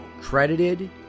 credited